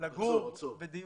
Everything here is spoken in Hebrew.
לגור בדיור.